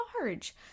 large